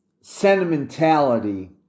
sentimentality